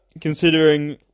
considering